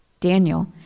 Daniel